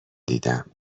دیدم